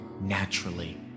naturally